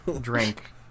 drink